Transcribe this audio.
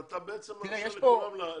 אז אתה בעצם מאפשר לכולם לבוא.